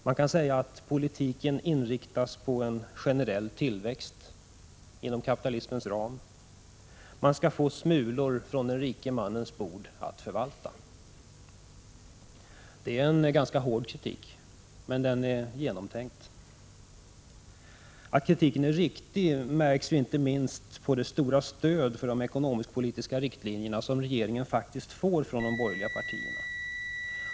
Man kan säga att politiken inriktas på en generell tillväxt inom kapitalismens ram. Man skall få Prot. 1985/86:163 ”smulorna från den rike mannens bord” att förvalta. Sjuni 1986 Det är en ganska hård kritik. Men den är genomtänkt. Att kritiken är riktig märks inte minst på det stora stöd för de ekonomisk-politiska riktlinjerna Den ekonomiska poli som regeringen faktiskt får från de borgerliga partierna.